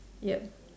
yup